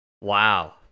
wow